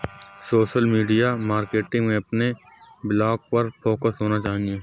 social media marketing में अपने blog पर फोकस होना चाहिए